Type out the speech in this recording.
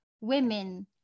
women